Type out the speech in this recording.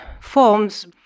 forms